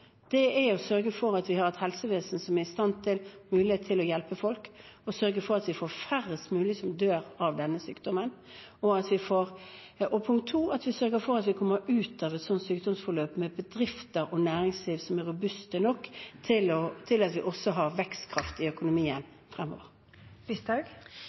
vi har et helsevesen som er i stand til og har mulighet til å hjelpe folk og sørge for at vi får færrest mulig som dør av denne sykdommen. Og punkt to: At vi sørger for at vi kommer ut av et sånt sykdomsforløp med bedrifter og næringsliv som er robuste nok til at vi også har vekstkraft i